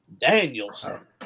Danielson